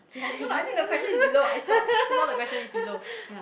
no lah I think the question is below I thought just now the question is below ya